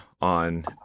on